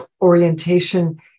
orientation